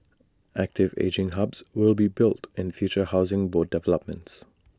active ageing hubs will be built in future Housing Board developments